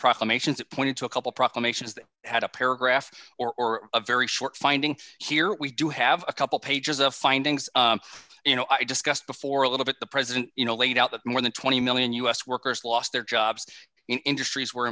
proclamations that pointed to a couple proclamations that had a paragraph or a very short finding here we do have a couple pages of findings you know i discussed before a little bit the president you know laid out that more than twenty million u s workers lost their jobs in industries where